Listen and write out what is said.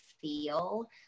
feel